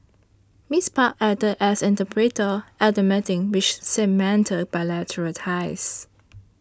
Miss Park acted as interpreter at the meeting which cemented bilateral ties